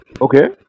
Okay